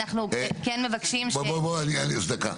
דקה.